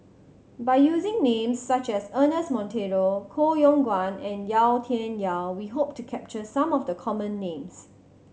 by using names such as Ernest Monteiro Koh Yong Guan and Yau Tian Yau we hope to capture some of the common names